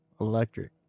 Electric